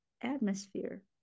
atmosphere